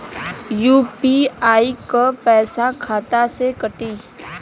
UPI क पैसा खाता से कटी?